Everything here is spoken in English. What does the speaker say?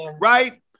Right